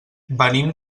venim